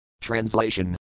Translation